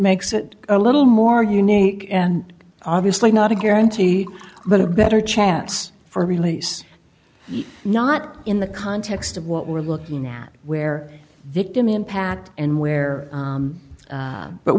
makes it a little more unique and obviously not a guarantee but a better chance for release not in the context of what we're looking at where victim impact and where